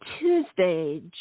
Tuesday